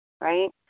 right